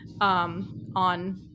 on